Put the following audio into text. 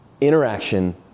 interaction